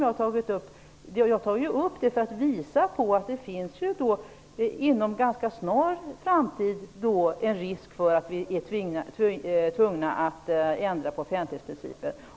Jag har tagit upp detta exempel för att visa att det inom en ganska snar framtid finns en risk för att vi tvingas ändra på offentlighetsprincipen.